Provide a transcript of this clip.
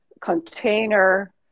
container